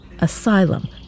asylum